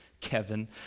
Kevin